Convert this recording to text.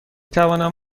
توانم